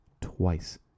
twice